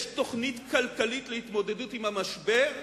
יש תוכנית כלכלית להתמודדות עם המשבר.